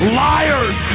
liars